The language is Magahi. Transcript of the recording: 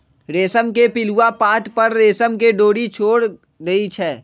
रेशम के पिलुआ पात पर रेशम के डोरी छोर देई छै